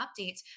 updates